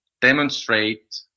demonstrate